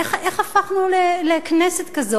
איך הפכנו לכנסת כזאת?